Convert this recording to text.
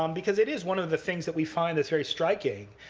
um because it is one of the things that we find that's very striking.